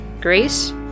Grace